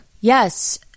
yes